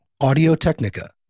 Audio-Technica